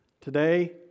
Today